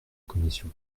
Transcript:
commission